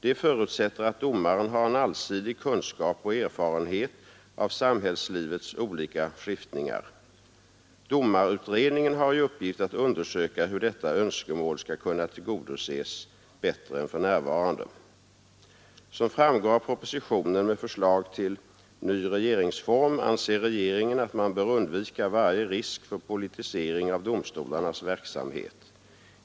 Det förutsätter att domaren har en allsidig kunskap och erfarenhet av samhällslivets olika skiftningar. Domarutredningen har i uppgift att undersöka hur detta önskemål skall kunna tillgodoses bättre än för närvarande. Såsom framgår av propositionen med förslag till ny regeringsform anser regeringen att man bör undvika varje risk för politisering av domstolarnas verksamhet.